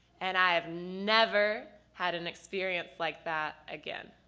and i have never had an experience like that again.